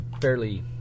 fairly